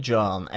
John